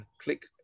click